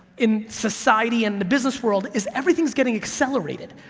in society and the business world, is everything is getting accelerated,